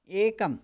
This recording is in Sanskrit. एकम्